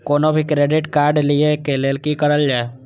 कोनो भी credit card लिए के लेल की करल जाय?